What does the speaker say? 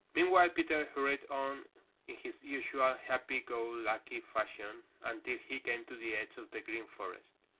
meanwhile peter hurried on in his usual happy-go-lucky fashion until he came to the edge of the green forest.